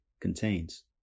contains